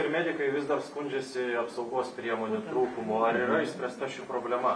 ir medikai vis dar skundžiasi apsaugos priemonių trūkumu ar yra išspręsta ši problema